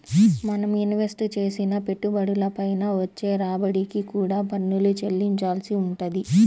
మనం ఇన్వెస్ట్ చేసిన పెట్టుబడుల పైన వచ్చే రాబడికి కూడా పన్నులు చెల్లించాల్సి వుంటది